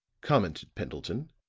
commented pendleton,